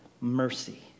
mercy